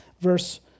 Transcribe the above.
verse